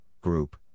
group